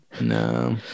no